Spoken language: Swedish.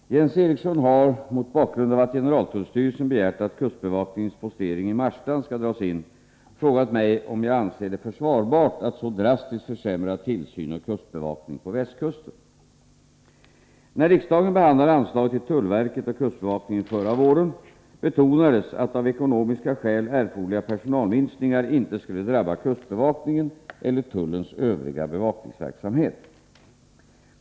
Herr talman! Jens Eriksson har — mot bakgrund av att generaltullstyrelsen begärt att kustbevakningens postering i Marstrand skall dras in — frågat mig om jag anser det försvarbart att så drastiskt försämra tillsyn och kustbevakning på västkusten. När riksdagen behandlade anslaget till tullverket och kustbevakningen förra våren betonades att av ekonomiska skäl erforderliga personalminskningar inte skulle drabba kustbevakningen eller tullens övriga bevakningsverksamhet.